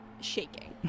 shaking